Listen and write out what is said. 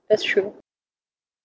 that's true